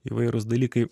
įvairūs dalykai